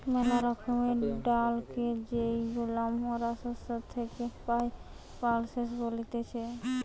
মেলা রকমের ডালকে যেইগুলা মরা শস্য থেকি পাই, পালসেস বলতিছে